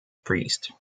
priest